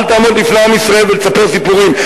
אל תעמוד לפני עם ישראל ותספר סיפורים.